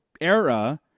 era